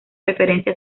referencia